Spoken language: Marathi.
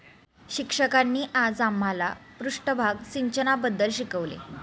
शिक्षकांनी आज आम्हाला पृष्ठभाग सिंचनाबद्दल शिकवले